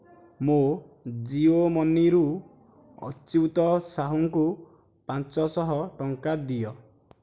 ମୋ ଜିଓ ମନିରୁ ଅଚ୍ୟୁତ ସାହୁଙ୍କୁ ପାଞ୍ଚ ଶହ ଟଙ୍କା ଦିଅ